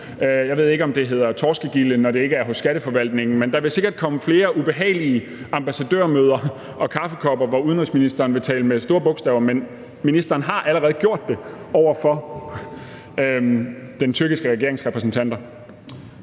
jeg ved ikke, om det hedder torskegilder, når det ikke er hos skatteforvaltningen – flere ubehagelige ambassadørmøder og invitationer til kaffe, hvor udenrigsministeren vil tale med store bogstaver. Men ministeren har allerede gjort det over for den tyrkiske regerings repræsentanter.